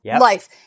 life